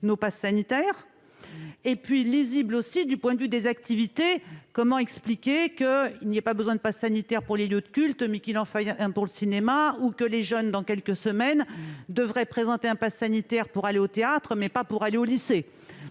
nos passes sanitaires. Enfin, elle était lisible du point de vue des activités. Comment expliquer qu'il n'y ait pas besoin de passe sanitaire pour les lieux de culte, mais qu'il en faille un pour le cinéma, ou que, dans quelques semaines, les jeunes devront présenter un passe sanitaire pour aller au théâtre, mais pas pour aller au lycée